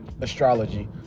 astrology